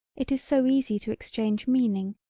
it is so easy to exchange meaning,